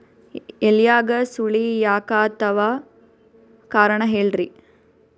ಎಲ್ಯಾಗ ಸುಳಿ ಯಾಕಾತ್ತಾವ ಕಾರಣ ಹೇಳ್ರಿ?